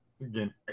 again